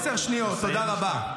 עשר שניות, תודה רבה.